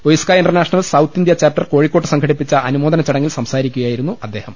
OISCA International South India Chapter കോഴിക്കോട്ട് സംഘടിപ്പിച്ച അനുമോദന ചടങ്ങിൽ സംസാരി ക്കുകയായിരുന്നു അദ്ദേഹം